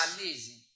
Amazing